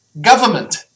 government